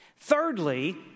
Thirdly